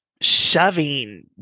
shoving